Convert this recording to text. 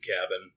cabin